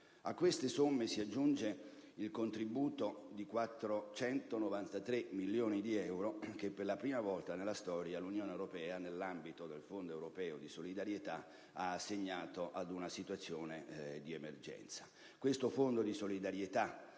A queste somme si aggiunge il contributo di 493 milioni di euro che, per la prima volta nella storia, l'Unione europea, nell'ambito del Fondo europeo di solidarietà, ha assegnato a una situazione di emergenza. Questo fondo di solidarietà